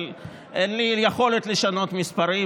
אבל אין לי יכולת לשנות את המספרים